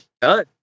done